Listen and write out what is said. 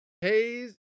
Hayes